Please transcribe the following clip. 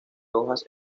hojas